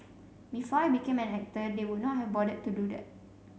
before I became an actor they would not have bothered to do that